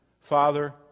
Father